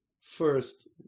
first